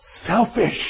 selfish